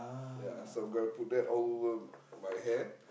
ya so gonna put that all over my my hand